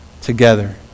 together